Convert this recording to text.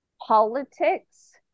politics